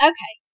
Okay